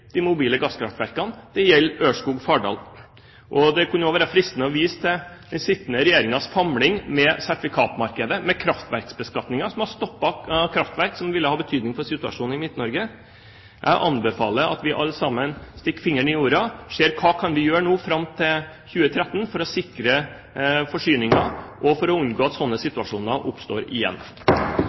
de mobile gasskraftverkene, og det gjelder Ørskog–Fardal. Det kunne også være fristende å vise til den sittende regjerings famling med sertifikatmarkedet og med kraftverksbeskatningen, som har stoppet kraftverk som ville hatt betydning for situasjonen i Midt-Norge. Jeg anbefaler at vi alle sammen stikker fingeren i jorda og ser hva vi kan gjøre fram til 2013 for å sikre forsyningen og unngå at slike situasjoner oppstår igjen.